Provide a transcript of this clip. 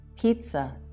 pizza